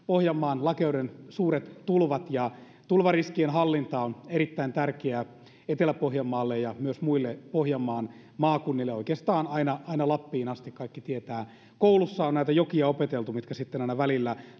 pohjanmaan lakeuden suuret tulvat tulvariskien hallinta on erittäin tärkeää etelä pohjanmaalle ja myös muille pohjanmaan maakunnille oikeastaan aina aina lappiin asti kaikki tietävät koulussa on näitä jokia opeteltu mitkä aina välillä